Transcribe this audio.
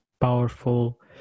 powerful